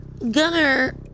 Gunner